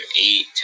eight